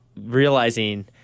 realizing